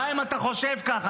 גם אם אתה חושב ככה,